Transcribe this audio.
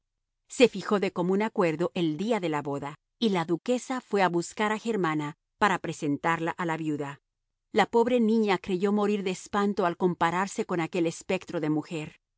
se fijó de común acuerdo el día de la boda y la duquesa fue a buscar a germana para presentarla a la viuda la pobre niña creyó morir de espanto al compararse con aquel espectro de mujer